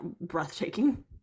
breathtaking